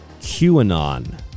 QAnon